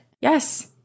yes